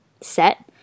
set